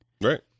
Right